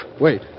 Wait